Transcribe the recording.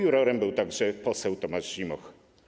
Jurorem był także poseł Tomasz Zimoch.